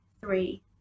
three